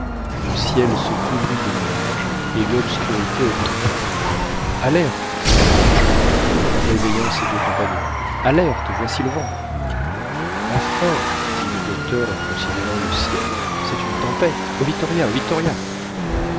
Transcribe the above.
le ciel se couvrit de nuages et l'obscurité augmenta alerte s'écria joe en réveillant ses deux compagnons alerte voici le vent enfin dit le docteur en considérant le ciel c'est une tempête au victoria au victoria